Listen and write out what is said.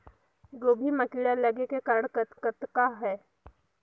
गोभी म कीड़ा लगे के कारण कतना हे?